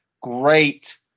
great